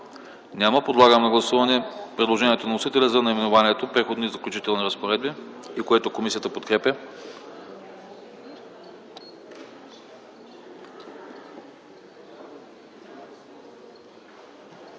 Няма. Подлагам на гласуване предложението на вносителя за наименованието „Преходни и заключителни разпоредби”, което комисията подкрепя.